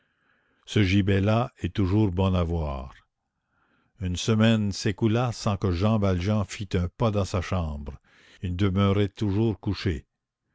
ce gibet là est toujours bon à voir une semaine s'écoula sans que jean valjean fît un pas dans sa chambre il demeurait toujours couché